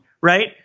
right